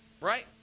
right